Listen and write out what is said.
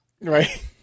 Right